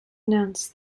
announced